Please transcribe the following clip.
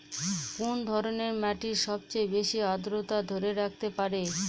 কোন ধরনের মাটি সবচেয়ে বেশি আর্দ্রতা ধরে রাখতে পারে?